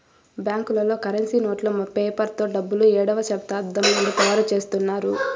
బ్యాంకులలో కరెన్సీ నోట్లు పేపర్ తో డబ్బులు ఏడవ శతాబ్దం నుండి తయారుచేత్తున్నారు